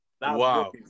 Wow